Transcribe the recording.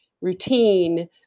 routine